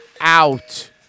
out